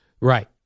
Right